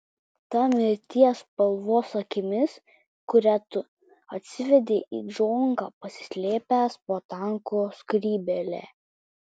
ta mirties spalvos akimis kurią tu atsivedei į džonką paslėpęs po tankų skrybėle